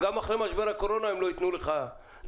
גם אחרי משבר הקורונה הם לא יתנו לך להעביר